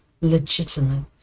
legitimate